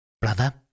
brother